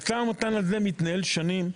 המשא ומתן הזה מתנהל שנים,